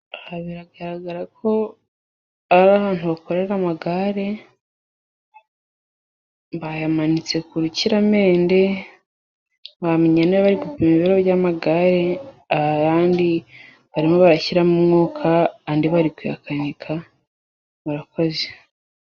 Aha biragaragarako ari ahantu bakorera amagare bayamanitse ku rukiramende ,ntiwamenya niba bari gupima ibiro by'amagare ,ayandi barimo barashyiramo umwuka ,andi bari kuyakanika murakoze.